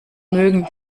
mögen